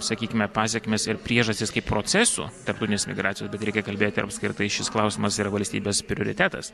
sakykime pasekmes ir priežastis kaip proceso tarptautinės migracijos bet reikia kalbėti ar apskritai šis klausimas yra valstybės prioritetas